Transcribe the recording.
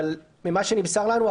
אבל ממה שנמסר לנו,